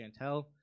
Chantel